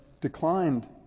declined